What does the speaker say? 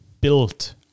built